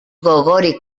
gogorik